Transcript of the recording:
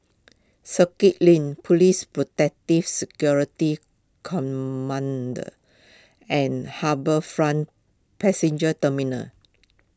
Circuit Link Police Protective Security Command and HarbourFront Passenger Terminal